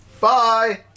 Bye